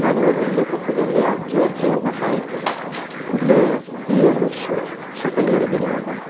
ನಾನಿವಾಗ ಇಲ್ಲೇ ಕೊಪ್ಪಳದಲ್ಲೇ ಅಜ್ಜೋರ್ದು ಮಠ ಐತಲ್ಲಾ ಇಲ್ಲೇ B M S second year ಇದ್ದೀನಿ ಇವಾಗ